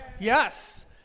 Yes